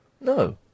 No